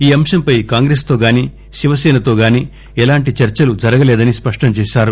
ఈ అంశంపై కాంగ్రెస్ తో గానీ శివసేనతో గానీ ఎలాంటి చర్చలు జరగలేదని స్పష్టంచేశారు